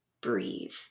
breathe